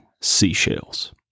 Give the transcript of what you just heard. seashells